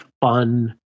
fun